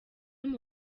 umwe